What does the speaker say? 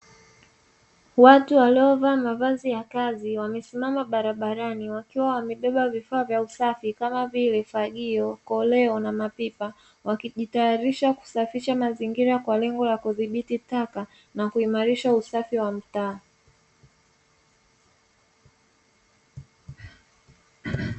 Watu waliovaa mavazi ya kazi, wamesimama barabarani wakiwa wamebeba vifaa vya usafi kama vile: fagio, koleo na mapipa, wakijitayarisha kusafisha mazingira kwa lengo la kudhibiti taka na kuimarisha usafi wa mtaa.